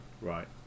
Right